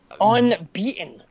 Unbeaten